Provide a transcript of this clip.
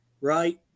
Right